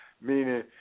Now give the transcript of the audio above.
meaning